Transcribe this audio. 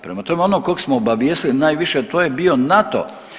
Prema tome, onog kog smo obavijestili najviše to je bio NATO.